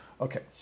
Okay